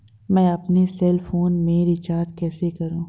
मैं अपने cell phone में रिचार्ज कैसे करूँ?